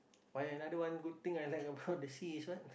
but another one good thing I like about the sea is what